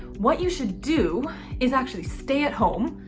what you should do is actually stay at home,